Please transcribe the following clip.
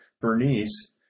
Bernice